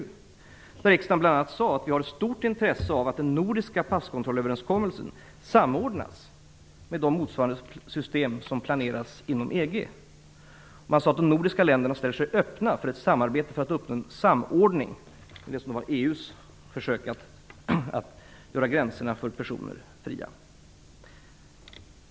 Då sade riksdagen bl.a. att vi har ett stort intresse av att den nordiska passkontrollöverenskommelsen samordnas med de motsvarande system som planerades inom EG. Man sade att de nordiska länderna ställer sig öppna för ett samarbete för att uppnå en samordning med dåvarande EG:s försök att göra gränserna för personer fria.